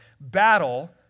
battle